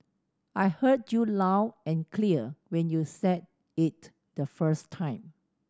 I heard you loud and clear when you said it the first time